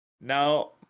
Now